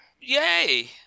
Yay